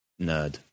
nerd